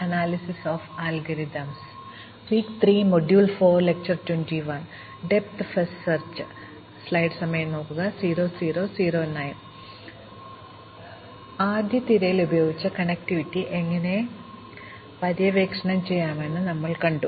അതിനാൽ ആദ്യ തിരയൽ ഉപയോഗിച്ച് കണക്റ്റിവിറ്റി എങ്ങനെ പര്യവേക്ഷണം ചെയ്യാമെന്ന് ഞങ്ങൾ കണ്ടു